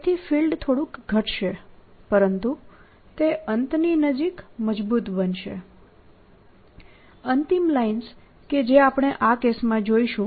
તેથી ફિલ્ડ થોડુંક ઘટશે પરંતુ તે અંતની નજીક મજબૂત બનશે અંતિમ લાઇન્સ કે જે આપણે આ કેસમાં જોઈશું